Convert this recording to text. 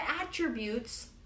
attributes